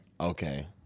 Okay